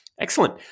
Excellent